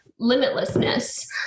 limitlessness